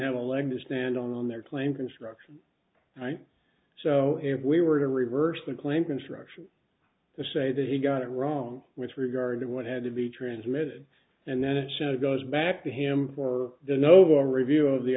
have a leg to stand on their claim construction so if we were to reverse the claim construction to say that he got it wrong with regard to what had to be transmitted and then it should goes back to him for the novo review of the